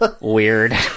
Weird